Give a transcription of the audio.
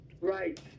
right